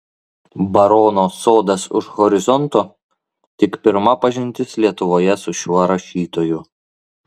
barono sodas už horizonto tik pirma pažintis lietuvoje su šiuo rašytoju